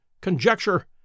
conjecture